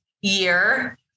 year